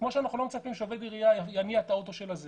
כמו שאנחנו לא מצפים שדווקא עובד עירייה יניע את רכב פינוי האשפה,